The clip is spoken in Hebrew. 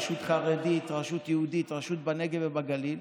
רשות חרדית, רשות יהודית, רשות בנגב ובגליל,